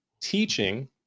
teaching